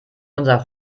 unser